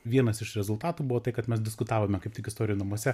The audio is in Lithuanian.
vienas iš rezultatų buvo tai kad mes diskutavome kaip tiki istorijų namuose